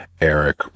Eric